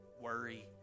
worry